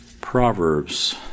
Proverbs